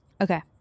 Okay